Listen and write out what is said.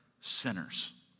sinners